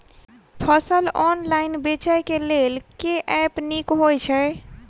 फसल ऑनलाइन बेचै केँ लेल केँ ऐप नीक होइ छै?